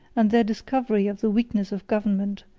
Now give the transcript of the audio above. and their discovery of the weakness of government,